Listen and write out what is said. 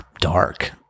dark